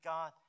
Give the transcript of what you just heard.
God